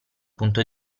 punto